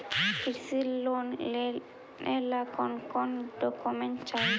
कृषि लोन लेने ला कोन कोन डोकोमेंट चाही?